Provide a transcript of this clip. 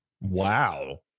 wow